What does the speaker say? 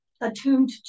attuned